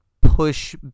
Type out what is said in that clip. push